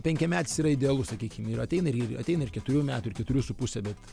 penkiametis yra idealus sakykim ir ateina ir ateina ir keturių metų ir keturių su puse bet